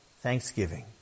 thanksgiving